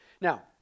Now